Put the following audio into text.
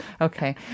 Okay